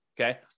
okay